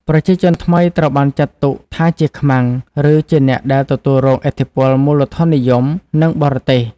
ប្រជាជនថ្មីត្រូវបានចាត់ទុកថាជា "ខ្មាំង" ឬជាអ្នកដែលទទួលរងឥទ្ធិពលមូលធននិយម និងបរទេស។